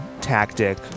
tactic